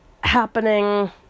happening